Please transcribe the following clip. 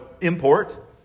import